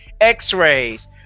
x-rays